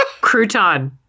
Crouton